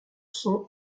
son